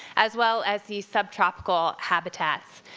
as well as the subtropical habitats.